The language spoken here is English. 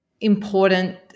important